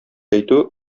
әйтү